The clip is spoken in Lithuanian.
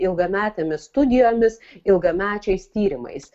ilgametėmis studijomis ilgamečiais tyrimais